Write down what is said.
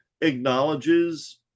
acknowledges